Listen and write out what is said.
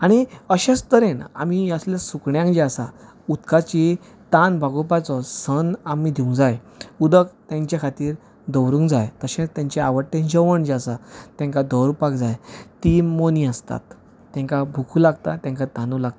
आनी अशेंच तरेन आमी असल्या सुकण्यांक जे आसा उदकाची तान भागोवपाचो सन आमी दिवंक जाय उदक तेंच्या खातीर दवरुंक जांय तशेंच तेंचे आवडटे जेवण जे आसा तेंकां दवरपाक जाय ती मोनी आसतात तेंका भुको लागता तेंका तानो लागतात